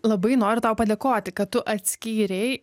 labai noriu tau padėkoti kad tu atskyrei